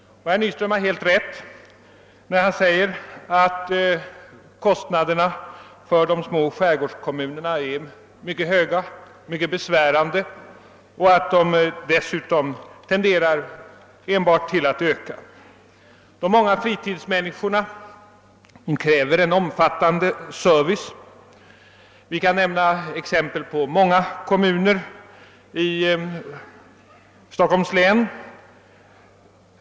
Herr Nyström har helt rätt när han säger att kostnaderna för de små skärgårdskommunerna är mycket höga och mycket besvärande; de tenderar dessutom att öka. De många fritidsmänniskorna kräver en omfattande service. Man kan nämna exempel på många kommuner i Stockholms län.